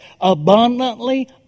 abundantly